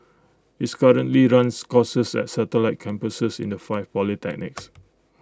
its currently runs courses at satellite campuses in the five polytechnics